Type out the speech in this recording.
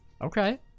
Okay